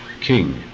king